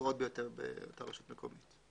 הגבוהות ביותר באותה רשות מקומית.